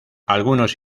algunos